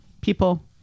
people